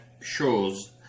shows